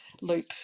loop